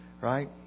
right